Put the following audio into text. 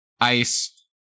ice